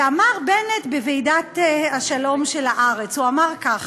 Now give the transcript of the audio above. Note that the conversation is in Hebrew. ואמר בנט בוועידת השלום של הארץ, הוא אמר ככה,